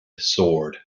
sword